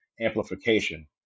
amplification